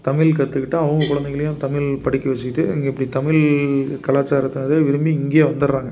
தமிழ் கற்றுக்கிட்டு அவங்க குழந்தைங்களையும் தமிழ் படிக்கச் வச்சுக்கிட்டு இங்கே இப்படி தமிழ் காலாச்சாரத்தை வந்து விரும்பி இங்கேயே வந்தறாங்க